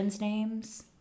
names